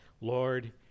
Lord